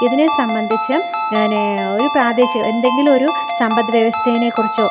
ഇതിനെ സംബന്ധിച്ച് ഞാൻ ഒരു പ്രാദേശിക എന്തെങ്കിലും ഒരു സമ്പദ്വ്യവസ്ഥയെ കുറിച്ചോ